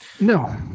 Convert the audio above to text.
no